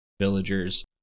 villagers